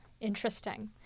interesting